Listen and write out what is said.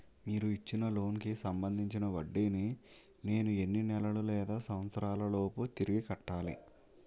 మీరు ఇచ్చిన లోన్ కి సంబందించిన వడ్డీని నేను ఎన్ని నెలలు లేదా సంవత్సరాలలోపు తిరిగి కట్టాలి?